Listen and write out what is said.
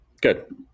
Good